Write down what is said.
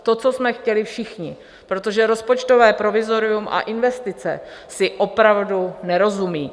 To, co jsme chtěli všichni, protože rozpočtové provizorium a investice si opravdu nerozumějí.